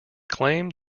claimed